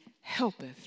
helpeth